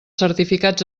certificats